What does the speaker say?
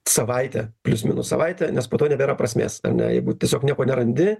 savaitę plius minus savaitę nes po to nebėra prasmės ar ne jeigu tiesiog nieko nerandi